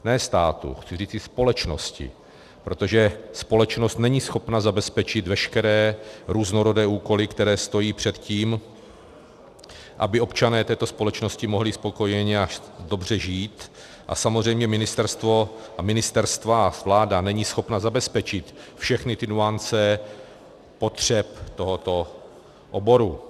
Ne státu, chci říci společnosti, protože společnost není schopna zabezpečit veškeré různorodé úkoly, které stojí před tím, aby občané této společnosti mohli spokojeně a dobře žít, a samozřejmě ministerstvo a ministerstva a vláda nejsou schopny zabezpečit všechny nuance potřeb tohoto oboru.